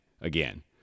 again